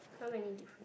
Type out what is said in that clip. how many difference